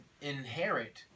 inherit